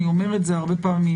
אני אומר את זה הרבה פעמים,